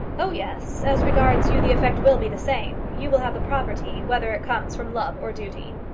oh yes as regards you, the effect will be the same. you will have the property, whether it comes from love or duty.